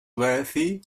wealthy